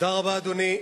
תודה רבה, אדוני.